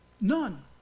none